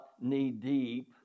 knee-deep